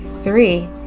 Three